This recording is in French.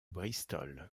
bristol